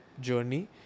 journey